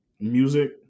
Music